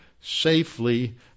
safely